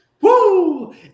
Woo